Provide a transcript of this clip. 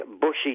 bushy